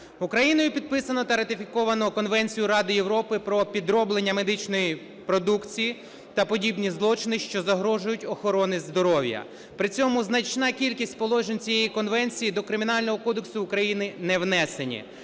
Україною підписано та ратифіковано Конвенцію Ради Європи про підроблення медичної продукції та подібні злочини, що загрожують охороні здоров'я. При цьому значна кількість положень цієї конвенції до Кримінального кодексу України не внесені.